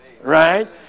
right